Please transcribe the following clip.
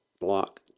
Block